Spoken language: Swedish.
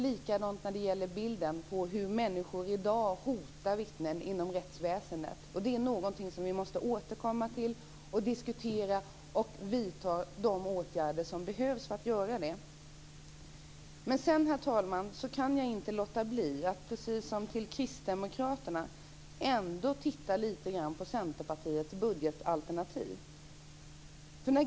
Likadant är det inom rättsväsendet där vittnen hotas. Det är någonting som vi måste återkomma till och diskutera. Vi måste vidta de åtgärder som behövs för att komma till rätta med detta. Herr talman! Sedan kan jag inte låta bli att, precis som med Kristdemokraterna, titta lite grann på Centerpartiets budgetalternativ.